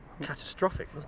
catastrophic